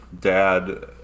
dad